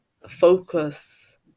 focus